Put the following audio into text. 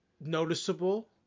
noticeable